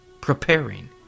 preparing